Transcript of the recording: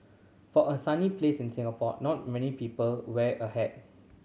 for a sunny place in Singapore not many people wear a hat